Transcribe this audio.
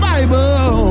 Bible